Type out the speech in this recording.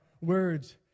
words